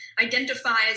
identifies